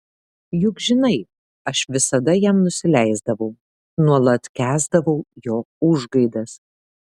juk žinai aš visada jam nusileisdavau nuolat kęsdavau jo užgaidas